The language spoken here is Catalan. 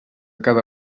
cada